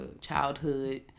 childhood